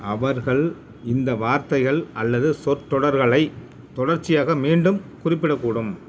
அவர்கள் இந்த வார்த்தைகள் அல்லது சொற்றொடர்களை தொடர்ச்சியாக மீண்டும் குறிப்பிடக்கூடும்